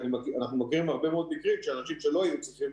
אנחנו מכירים הרבה מאוד מקרים שאנשים שלא היו צריכים,